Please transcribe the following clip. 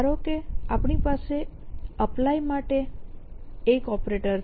ધારો કે આપણી પાસે APPLY માટે એક ઓપરેટર છે